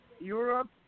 Europe